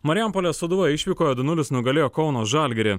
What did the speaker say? marijampolės sūduva išvykoje du nulis nugalėjo kauno žalgirį